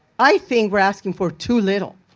i think we're asking for too little.